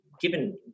given